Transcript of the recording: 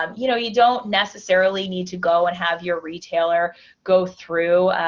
um you know, you don't necessarily need to go and have your retailer go through